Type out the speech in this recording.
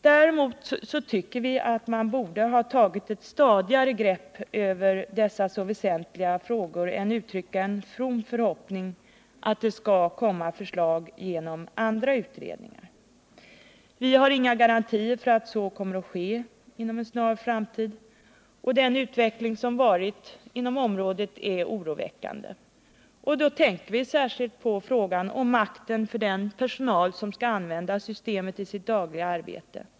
Däremot tycker vi att man borde ha tagit ett stadigare grepp över dessa så väsentliga frågor än att uttrycka en from förhoppning att det skall komma förslag genom andra utredningar. Vi har inga garantier för att så kommer att ske inom en snar framtid, och den utveckling som varit inom området är oroväckande. Vi tänker då särskilt på frågan om makten för den personal som skall använda systemet i sitt dagliga arbete.